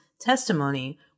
testimony